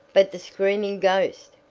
but the screaming ghost,